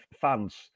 fans